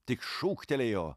tik šūktelėjo